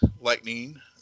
lightning